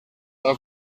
are